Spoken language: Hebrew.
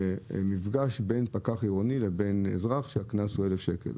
במפגש בין פקח עירוני לבין אזרח כשהקנס הוא 1,000 שקל.